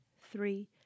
three